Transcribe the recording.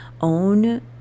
own